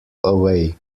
away